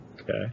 Okay